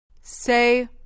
Say